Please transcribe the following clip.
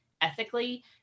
ethically